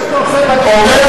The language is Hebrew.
כל מה שאתה עושה בדיון הזה,